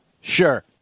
Sure